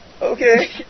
Okay